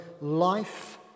life